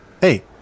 Hey